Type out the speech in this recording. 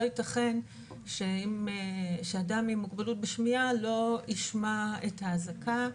לא ייתכן שאדם עם מוגבלות בשמיעה לא ישמע את האזעקה,